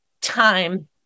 time